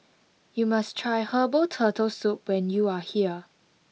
you must try herbal turtle soup when you are here